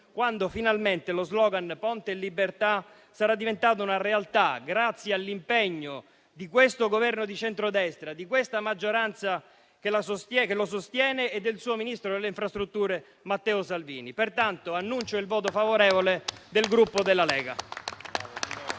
quando finalmente lo *slogan* «Ponte e libertà» sarà diventato una realtà, grazie all'impegno di questo Governo di centrodestra, di questa maggioranza che lo sostiene e del suo ministro delle infrastrutture Matteo Salvini. Pertanto annuncio il voto favorevole del Gruppo Lega.